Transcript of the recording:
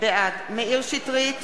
אינו משתתף